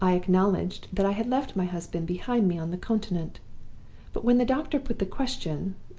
i acknowledged that i had left my husband behind me on the continent but when the doctor put the question,